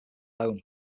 alone